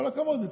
כל הכבוד לו.